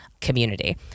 community